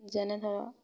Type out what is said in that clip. যেনে ধৰক